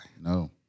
No